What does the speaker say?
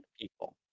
people